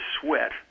sweat